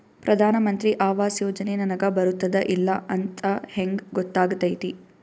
ಪ್ರಧಾನ ಮಂತ್ರಿ ಆವಾಸ್ ಯೋಜನೆ ನನಗ ಬರುತ್ತದ ಇಲ್ಲ ಅಂತ ಹೆಂಗ್ ಗೊತ್ತಾಗತೈತಿ?